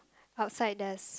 outside there's